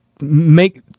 make